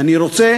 אני רוצה